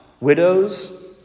widows